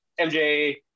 MJ